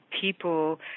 people